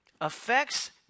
affects